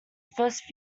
first